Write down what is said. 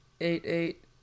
Eight-eight